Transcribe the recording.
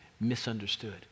misunderstood